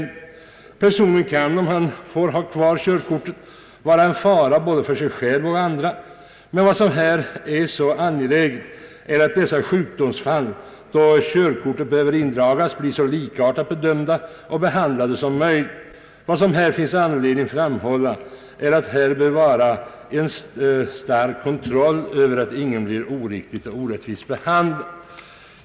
Personen kan, om han får ha kvar körkortet, vara en fara både för sig själv och andra. Angeläget är emellertid att dessa sjukdomsfall, då körkortet behöver indragas, blir så likartat bedömda och behandlade som möjligt. Det finns anledning framhålla att det bör ske en sträng kontroll över att ingen blir oriktigt och orättvist behandlad.